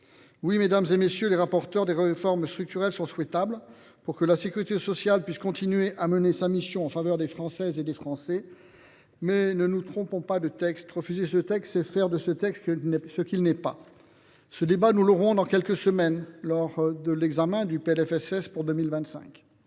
générale, monsieur le rapporteur pour avis, des réformes structurelles sont souhaitables pour que la sécurité sociale puisse continuer à mener sa mission en faveur des Françaises et des Français. Mais ne nous trompons pas de texte ! Refuser ce texte, c’est faire de lui ce qu’il n’est pas. Ce débat, nous l’aurons dans quelques semaines lors de l’examen du projet